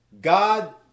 god